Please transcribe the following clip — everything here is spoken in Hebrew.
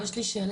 יש לי שאלה,